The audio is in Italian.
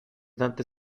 tante